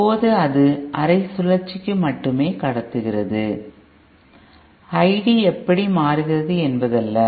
இப்போது அது அரை சுழற்சிக்கு மட்டுமே கடத்துகிறது ID எப்படி மாறுகிறது என்பதல்ல